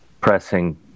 pressing